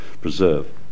preserve